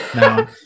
no